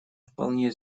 вполне